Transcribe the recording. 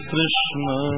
Krishna